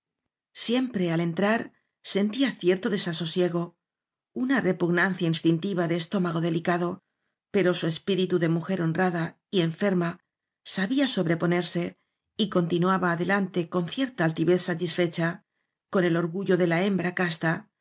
siempre al entrar sentía cierto desa sosiego una repugnancia instintiva de estóma go delicado pero su espíritu de mujer honrada y enferma sabía sobreponerse y continuaba adelante con cierta altivez satisfecha con el orgullo de la hembra casta